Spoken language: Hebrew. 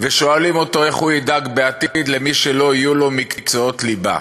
ושואלים אותו איך הוא ידאג בעתיד למי שלא יהיו לו מקצועות ליבה,